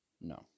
No